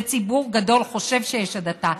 וציבור גדול חושב שיש הדתה,